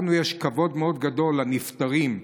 לנו יש כבוד מאוד גדול לנפטרים.